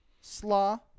slaw